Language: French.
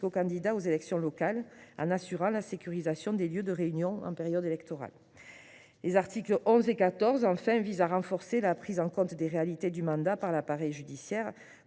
qu’aux candidats aux élections locales, en assurant la sécurisation des lieux de réunions en période électorale. Enfin, les articles 11 à 14 visent à renforcer la prise en compte des réalités du mandat par l’appareil judiciaire,